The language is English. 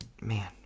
man